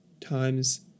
times